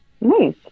Nice